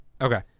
Okay